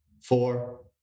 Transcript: four